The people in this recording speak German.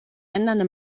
ändernde